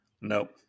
nope